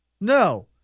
No